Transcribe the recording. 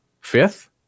Fifth